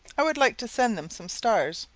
i would like to send them some stars,